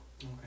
Okay